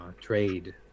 trade